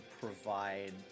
provide